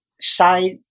side